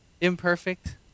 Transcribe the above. imperfect